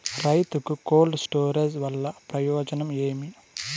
రైతుకు cold storage వల్ల ప్రయోజనం ఏమి?